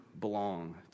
belong